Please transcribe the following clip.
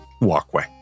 walkway